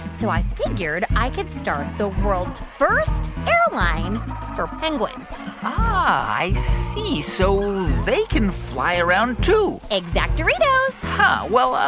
so i figured i could start the world's first airline for penguins ah, i see. so they can fly around, too exact-oritos huh. well,